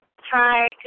Hi